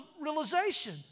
realization